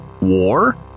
war